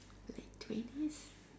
late twenties